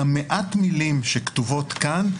שעל מעט המילים שכתובות כאן,